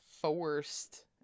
forced